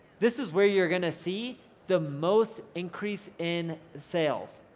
this is where you're gonna see the most increase in sales,